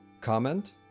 comment